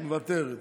מוותרת.